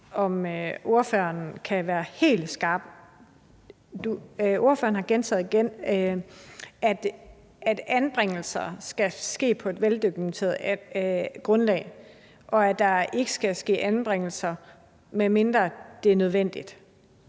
om ordføreren kan være helt skarp. For ordføreren har gentaget igen, at anbringelser skal ske på et veldokumenteret grundlag, og at der ikke skal ske anbringelser, medmindre det er nødvendigt.